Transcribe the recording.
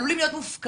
עלולים להיות מופקרים